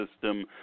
system